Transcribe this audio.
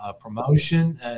promotion